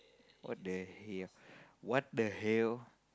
what the hall what the hell